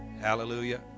hallelujah